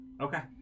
Okay